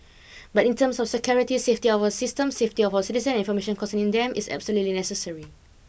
but in terms of security safety of our system safety of our citizens and information concerning them it's absolutely necessary